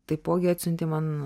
taipogi atsiuntei man